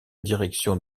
direction